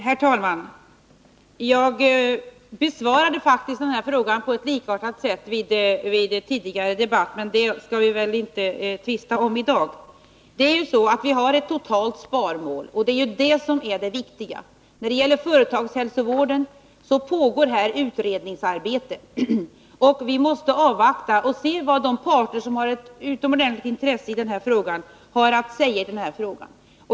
Herr talman! Jag besvarade faktiskt denna fråga på ett likartat sätt vid den Fredagen den tidigare debatten, men det skall vi väl inte tvista om i dag. Vi har ett totalt 16 april 1982 sparmål, och det är det som är det viktiga. När det gäller företagshälsovården pågår utredningsarbete, och vi måste avvakta och se vad de parter som har ett utomordentligt intresse i den här frågan har att säga.